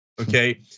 Okay